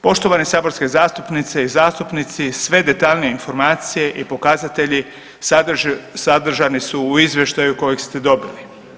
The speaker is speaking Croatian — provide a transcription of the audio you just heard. Poštovane saborske zastupnice i zastupnici sve detaljnije informacije i pokazatelji sadržani su u izvještaju kojeg ste dobili.